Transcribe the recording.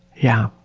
yeah.